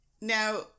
Now